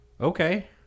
Okay